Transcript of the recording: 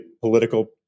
political